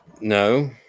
no